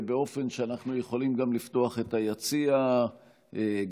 ובאופן שאנחנו יכולים לפתוח את היציע לעיתונאים,